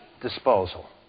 disposal